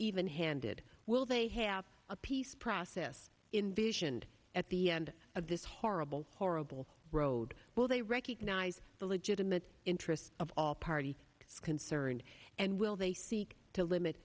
even handed will they have a peace process in visioned at the end of this horrible horrible road will they recognize the legitimate interests of all parties concerned and will they seek to limit